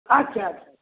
अच्छा अच्छा